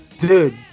dude